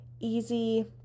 easy